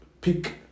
pick